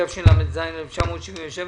התשל"ז-1977,